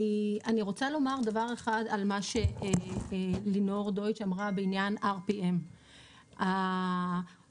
אני רוצה לומר דבר אחד על מה שלינור דויטש אמרה בעניין RPM. א',